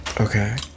okay